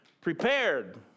prepared